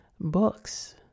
books